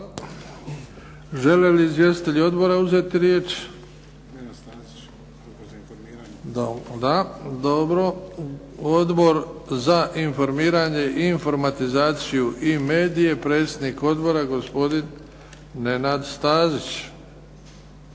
Žele li izvjestitelji odbora uzeti riječ? Da. Odbor za informiranje, informatizaciju i medije predsjednik odbora gospodin Nenad Stazić.